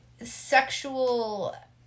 sexual